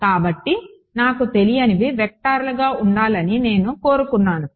కాబట్టి నాకు తెలియనివి వెక్టర్లుగా ఉండాలని నేను కోరుకున్నాను